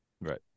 Right